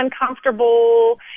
uncomfortable